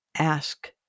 Ask